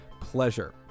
pleasure